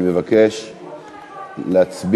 אני מבקש להצביע.